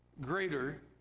greater